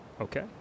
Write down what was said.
Okay